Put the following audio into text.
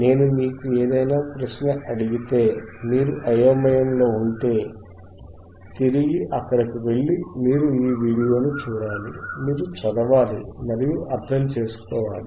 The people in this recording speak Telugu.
నేను మీకు ఏదైనా ప్రశ్న అడిగితే మీరు అయోమయంలో ఉంటే తిరిగి అక్కడకు వెళ్లి మీరు ఈ వీడియోను చూడాలి మీరు చదవాలి మరియు అర్థం చేసుకోవాలి